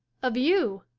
of you?